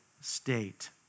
state